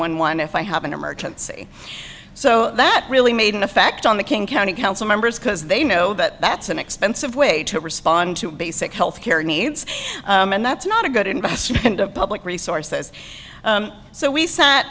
one one if i have an emergency so that really made an effect on the king county council members because they know that that's an expensive way to respond to basic health care needs and that's not a good investment of public resources so we sat